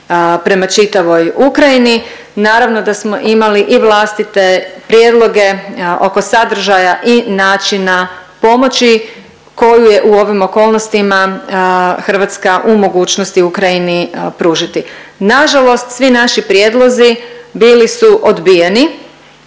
prema čitavoj Ukrajini. Naravno da smo imali i vlastite prijedloge oko sadržaja i načina pomoći koju je u ovim okolnostima Hrvatska u mogućnosti Ukrajini pružiti. Nažalost, svi naši prijedlozi bili su odbijeni,